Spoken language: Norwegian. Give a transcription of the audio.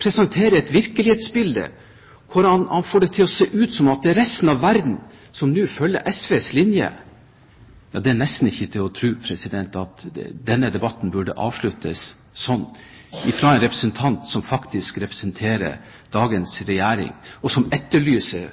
presenterer også et virkelighetsbilde hvor han får det til å se ut som om resten av verden nå følger SVs linje. Det er nesten ikke til å tro at denne debatten avsluttes slik – fra en representant fra et parti som faktisk representerer dagens regjering, og som etterlyser